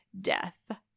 death